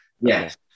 Yes